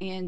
and